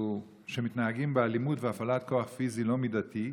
ומתנהגים באלימות והפעלת כוח פיזי לא מידתי,